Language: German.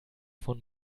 von